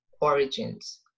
origins